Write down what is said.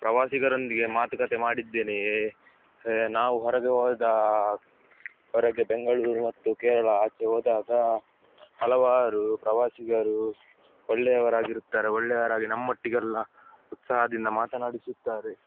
ಪ್ರವಾಸಿಗರೊಂದಿಗೆ ಮಾತುಕತೆ ಮಾಡಿದ್ದೇನೆ ನಾವು ಹೊರಗೆ ಹೋದ ಹೊರಗೆ ಬೆಂಗಳೂರು ಮತ್ತು ಕೇರಳ ಆಚೆ ಹೋದಾಗ ಹಲವಾರು ಪ್ರವಾಸಿಗರು ಒಳ್ಳೆಯವರಾಗಿರುತ್ತಾರೆ ಒಳ್ಳೆಯವರಾಗಿ ನಮ್ಮೊಟ್ಟಿಗೆಲ್ಲ ಉತ್ಸಾಹದಿಂದ ಮಾತನಾಡಿಸುತ್ತಾರೆ